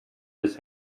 his